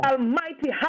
Almighty